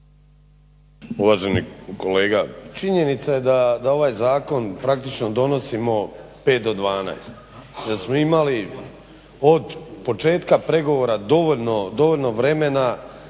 Uvaženi kolega, činjenica je da ovaj Zakon praktično donosimo 5 do 12, da smo imali od početka pregovora dovoljno vremena